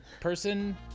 person